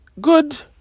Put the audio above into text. Good